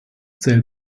zählt